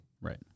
Right